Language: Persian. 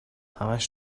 همش